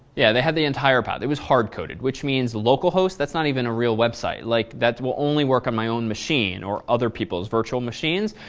yeah, they have the entire path. it was hard-coded which means localhost, that's not even a real website like that will only work on my own machine or other people's virtual machines.